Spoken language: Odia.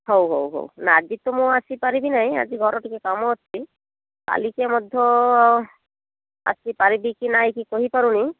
ହଉ ହଉ ହଉ ନା ଆଜି ତ ମୁଁ ଆସିପାରିବି ନାହିଁ ଆଜି ଘର ଟିକେ କାମ ଅଛି କାଲିକି ମଧ୍ୟ ଆସି ପାରିବି କି ନାହିଁ କି କହିପାରୁନି